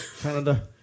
Canada